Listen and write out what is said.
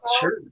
Sure